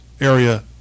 area